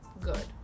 good